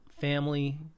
family